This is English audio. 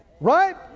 Right